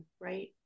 right